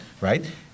right